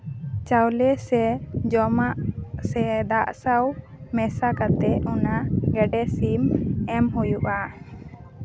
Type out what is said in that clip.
ᱪᱟᱣᱞᱮ ᱥᱮ ᱡᱚᱢᱟᱜ ᱥᱮ ᱫᱟᱜ ᱥᱟᱶ ᱢᱮᱥᱟ ᱠᱟᱛᱮ ᱚᱱᱟ ᱜᱮᱰᱮ ᱥᱤᱢ ᱮᱢ ᱦᱩᱭᱩᱜᱼᱟ